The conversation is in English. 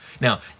Now